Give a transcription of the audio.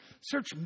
search